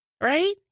Right